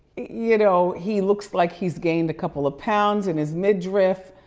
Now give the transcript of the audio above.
you know, he looks like he's gained a couple of pounds in his midriff,